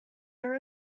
are